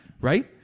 Right